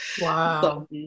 wow